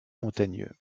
montagneux